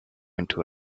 into